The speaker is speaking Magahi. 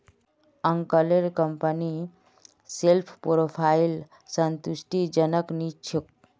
अंकलेर कंपनीर सेल्स प्रोफाइल संतुष्टिजनक नी छोक